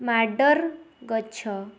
ମାଡ଼ର୍ ଗଛ